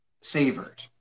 savored